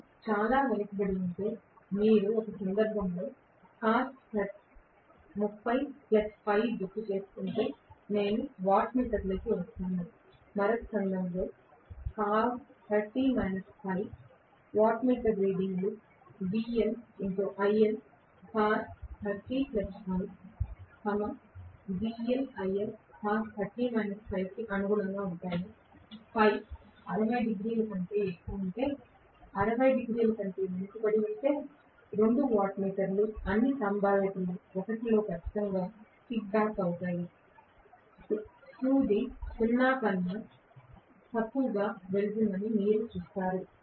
ఇది చాలా వెనుకబడి ఉంటే మీరు ఒక సందర్భంలో గుర్తుచేసుకుంటే నేను వాట్మీటర్లోకి వస్తాను మరొక సందర్భంలో వాట్మీటర్ రీడింగులు కి అనుగుణంగా ఉంటాయి Φ 60 డిగ్రీల కంటే ఎక్కువ ఉంటే 60 డిగ్రీల కంటే వెనుకబడి ఉంటే 2 వాట్మీటర్ యొక్క అన్ని సంభావ్యత 1 లో ఖచ్చితంగా కిక్ బ్యాక్ అవుతుంది సూది 0 కన్నా తక్కువకు వెళుతుందని మీరు చూస్తారు